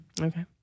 Okay